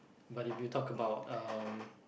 but if you talk about um